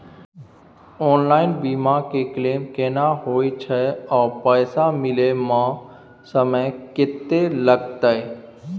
Online बीमा के claim केना होय छै आ पैसा मिले म समय केत्ते लगतै?